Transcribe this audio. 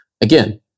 again